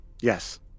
Yes